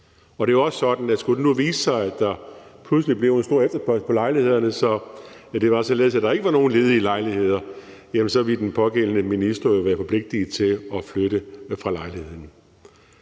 Det er jo også sådan, at skulle det nu vise sig, at der pludselig blev en stor efterspørgsel på lejlighederne, så det var således, at der ikke var nogen ledige lejligheder, så ville den pågældende minister jo være forpligtiget til at flytte fra lejligheden.